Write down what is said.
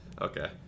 Okay